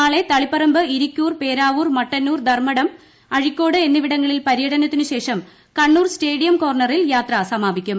നാളെ തളിപ്പറമ്പ് ഇരിക്കൂർ പേരാവൂർ മട്ടന്നൂർ ധർമ്മടം അഴിക്കോട് എന്നിവിടങ്ങളിൽ പര്യടനത്തിനുശേഷം കണ്ണൂർ സ്റ്റേഡിയം കോർണറിൽ യാത്ര സമാപിക്കും